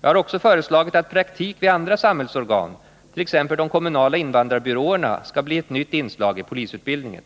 Jag har också föreslagit att praktik vid andra samhällsorgan —t.ex. de kommunala invandrarbyråerna — skall bli ett nytt inslag i polisutbildningen.